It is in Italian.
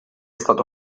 stato